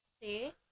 See